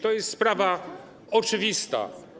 To jest sprawa oczywista.